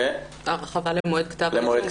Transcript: ההרחבה למועד כתב האישום.